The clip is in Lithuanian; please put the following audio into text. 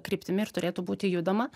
kryptimi ir turėtų būti judama